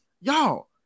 y'all